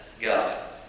God